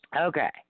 Okay